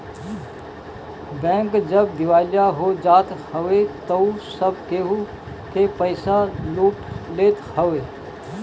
bank जब दिवालिया हो जात हवे तअ सब केहू के पईसा लूट लेत हवे